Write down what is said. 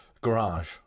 Garage